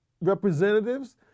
representatives